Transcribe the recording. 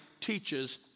teaches